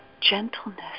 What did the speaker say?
gentleness